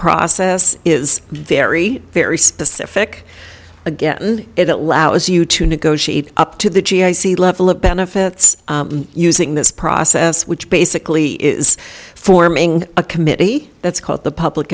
process is very very specific again it allows you to negotiate up to the g i c level of benefits using this process which basically is forming a committee that's called the public